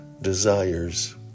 desires